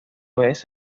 vez